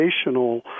educational